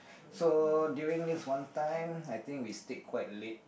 so during this one time I think we stick quite late